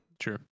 Sure